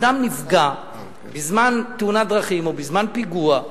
אדם נפגע בזמן תאונת דרכים או בזמן פיגוע,